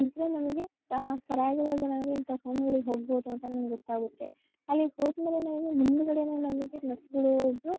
ಇದ್ದರೆ ನಮಗೆ ಸರಾಗವಾಗಿ ನಮಗೆ ಇಂಥ ರೂಮ್ಗಳಿಗೆ ಹೋಗ್ಬೋದು ಅಂತ ನಮ್ಗೆ ಗೊತ್ತಾಗುತ್ತೆ ಅಲ್ಲಿಗೆ ಹೋದಮೇಲೆ ನಮಗೆ ಮುಂದುಗಡೇನೆ ನಮಗೆ ನರ್ಸ್ಗಳೂ ಒಬ್ಬರು